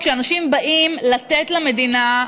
כשאנשים באים לתת למדינה,